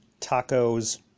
tacos